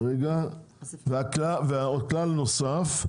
כלל נוסף,